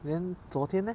then 昨天 leh